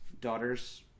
daughter's